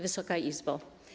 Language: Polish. Wysoka Izbo!